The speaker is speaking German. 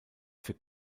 für